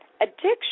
addiction